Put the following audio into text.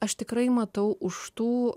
aš tikrai matau už tų